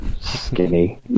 Skinny